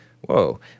whoa